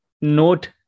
note